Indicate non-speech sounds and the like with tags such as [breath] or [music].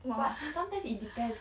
!wah! [breath]